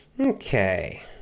Okay